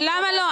למה לא?